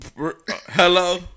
Hello